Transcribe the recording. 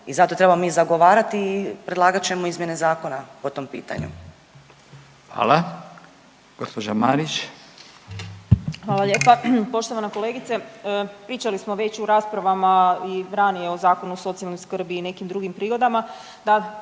i zato trebamo mi i zagovarati i predlagat ćemo izmjene zakona po tom pitanju. **Radin, Furio (Nezavisni)** Hvala. Gospođa Marić. **Marić, Andreja (SDP)** Hvala lijepa. Poštovana kolegice, pričali smo već u raspravama i ranije o Zakonu o socijalnoj skrbi i nekim drugim prigodama